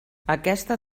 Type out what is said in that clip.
aquesta